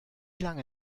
lange